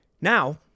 Now